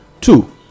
two